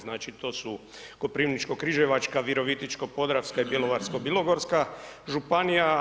Znači to su Koprivničko-križevačka, Virovitičko-podravska i Bjelovarsko-bilogorska županija.